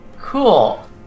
Cool